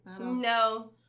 No